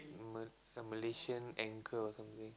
ma~ a Malaysian anchor or something